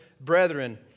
Brethren